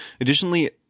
Additionally